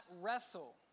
wrestle